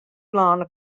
telâne